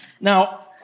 Now